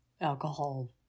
alcohol